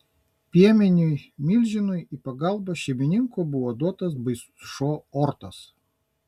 piemeniui milžinui į pagalbą šeimininko buvo duotas baisus šuo ortas